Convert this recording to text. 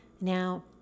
now